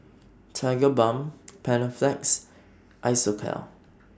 Tigerbalm Panaflex Isocal